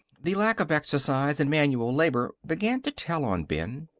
the lack of exercise and manual labor began to tell on ben.